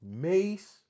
Mace